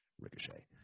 ricochet